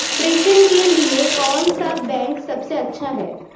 प्रेषण के लिए कौन सा बैंक सबसे अच्छा है?